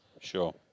Sure